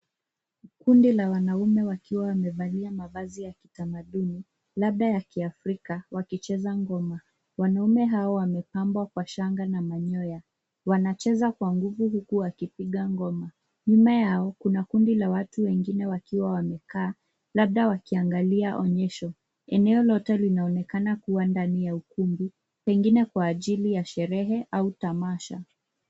Kundi la wanaume wakiwa wamevalia mavazi ya kitamaduni labda ya kiafrika, wakicheza ngoma. Wanaume hawa wamepambwa kwa shanga na manyoya. Wanacheza kwa nguvu huku wakipiga . Nyuma yao kuna kundi la watu wengine wakiwa wamekaa, labda wakiangalia onyesho. Eneo lote linaonekana kuwa ndani ya ukumbi, pengine kwa ajili ya sherehe au tamasha.